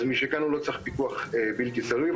אז הוא לא צריך פיקוח בלתי תלוי.